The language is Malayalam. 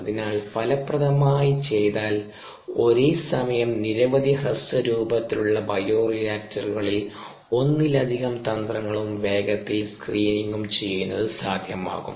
അതിനാൽ ഫലപ്രദമായ ചെയ്താൽ ഒരേ സമയം നിരവധി ഹ്രസ്വരൂപത്തിലുള്ള ബയോ റിയാക്ടറുകളിൽ ഒന്നിലധികം തന്ത്രങ്ങളും വേഗത്തിൽ സ്ക്രീനിംഗും ചെയ്യുന്നത് സാധ്യമാകും